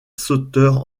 sauteur